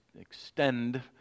extend